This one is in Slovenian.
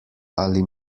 ali